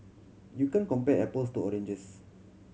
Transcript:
you can't compare apples to oranges